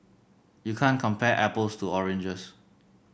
you can't compare apples to oranges